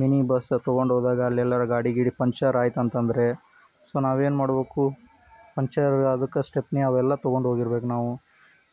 mini bus ತೊಗೊಂಡು ಹೋದಾಗ ಅಲ್ಲೇಲ್ಲಾರ ಗಾಡಿ ಗೀಡಿ ಪಂಚರ್ ಆಯ್ತು ಅಂತಂದ್ರೆ ಸೊ ನಾವೇನು ಮಾಬೇಡಕು ಪಂಚರ್ ಅದಕ್ಕೆ ಸ್ಟೆಪ್ನಿ ಅವೆಲ್ಲ ತೊಗೊಂಡು ಹೋಗಿರ್ಬೇಕು ನಾವು